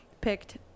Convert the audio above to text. picked